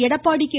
Edappadi K